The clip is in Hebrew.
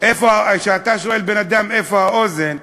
כשאתה שואל בן-אדם איפה האוזן,